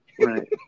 Right